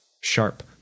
Sharp